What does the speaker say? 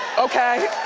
okay?